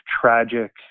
tragic